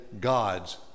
God's